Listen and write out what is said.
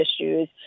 issues